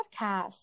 podcast